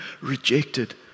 rejected